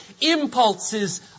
impulses